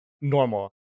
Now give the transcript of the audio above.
normal